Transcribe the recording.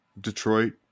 Detroit